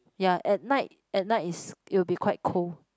ya at night at night is it will be quite cold